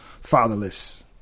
fatherless